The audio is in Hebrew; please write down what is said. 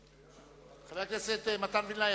חבר הכנסת מתן וילנאי.